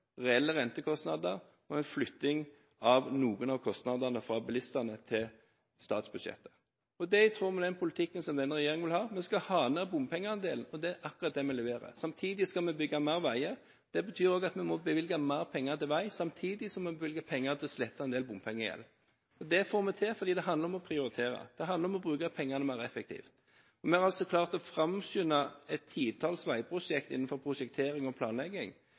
reelle rentekostnader og flytting av noen av kostnadene fra bilistene til statsbudsjettet. Det er i tråd med den politikken denne regjeringen vil ha. Vi skal ha ned bompengeandelen, og det er akkurat det vi leverer. Samtidig skal vi bygge flere veier. Det betyr at vi må bevilge flere penger til vei, samtidig som vi bevilger penger til å slette en del bompengegjeld. Det får vi til, fordi det handler om å prioritere. Det handler om å bruke pengene mer effektivt. Vi har klart å framskynde prosjektering og planlegging